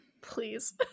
please